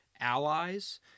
allies